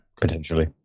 Potentially